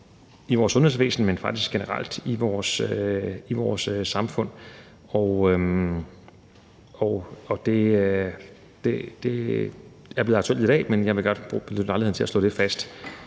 i vores sundhedsvæsen, men faktisk generelt i vores samfund. Det er blevet aktuelt i dag, men jeg vil godt benytte lejligheden til at slå det fast,